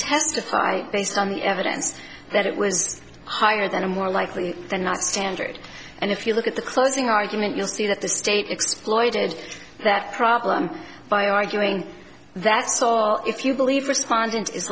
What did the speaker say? testify based on the evidence that it was higher than a more likely than not standard and if you look at the closing argument you'll see that the state exploited that problem by arguing that saw if you believe respondent is